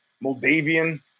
Moldavian